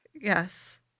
Yes